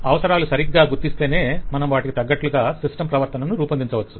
అవసరాలు సరిగ్గా గుర్తిస్తేనే మనం వాటికి తగ్గట్టుగా సిస్టం ప్రవర్తనను రూపొందించవచ్చు